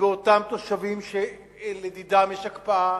באותם תושבים שלדידם יש הקפאה,